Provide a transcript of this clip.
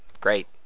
great